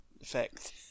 effect